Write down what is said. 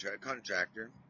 contractor